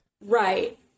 Right